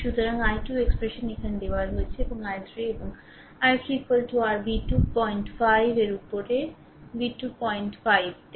সুতরাং i 2 expression এখানে দেওয়া হয়েছে এবং i3 এবং i3 r v2 05 এর উপর v2 05 তে